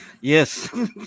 Yes